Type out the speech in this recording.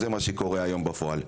זה מה שקורה היום בפועל.